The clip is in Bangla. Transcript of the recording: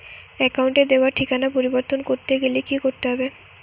অ্যাকাউন্টে দেওয়া ঠিকানা পরিবর্তন করতে গেলে কি করতে হবে?